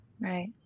Right